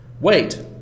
Wait